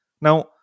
Now